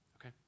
okay